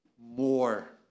more